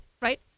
right